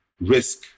risk